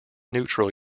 neutral